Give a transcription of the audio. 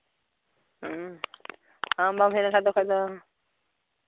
ᱦᱩᱸ ᱟᱢ ᱵᱟᱢ ᱦᱮᱡᱞᱮᱱᱠᱷᱟᱱ ᱵᱟᱠᱷᱟᱱ ᱫᱚ